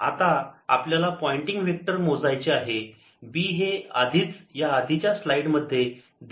आता आपल्याला Poynting vector मोजायचे आहे B हे आधीच याआधीच्या स्लाईडमध्ये दिले आहे